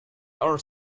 are